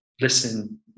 listen